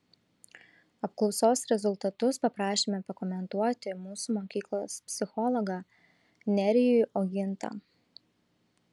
apklausos rezultatus paprašėme pakomentuoti mūsų mokyklos psichologą nerijų ogintą